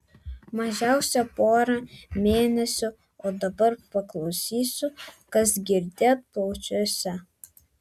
mažiausia porą mėnesių o dabar paklausysiu kas girdėt plaučiuose